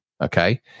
okay